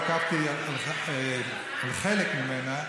ועקבתי אחרי חלק ממנו,